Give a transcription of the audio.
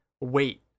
wait